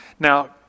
Now